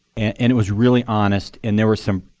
and it was really honest, and there were some,